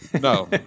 No